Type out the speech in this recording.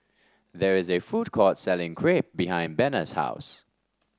there is a food court selling Crepe behind Bena's house